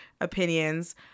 opinions